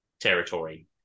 territory